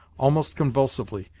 almost convulsively,